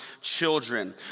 children